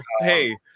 hey